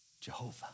Jehovah